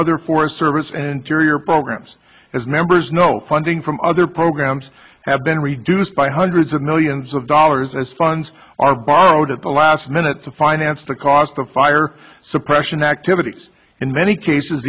other forest service and interior programs as members know funding from other programs have been reduced by hundreds of millions of dollars as funds are borrowed at the last minute to finance the cost of fire suppression activities in many cases